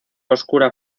oscura